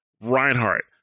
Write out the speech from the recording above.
Reinhardt